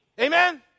Amen